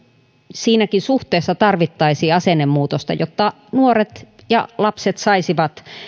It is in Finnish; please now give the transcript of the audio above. siinäkin suhteessa tarvittaisiin asennemuutosta jotta nuoret ja lapset saisivat